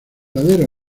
ladera